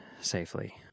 safely